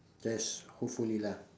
yes hopefully lah